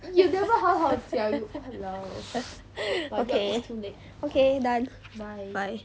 okay okay done bye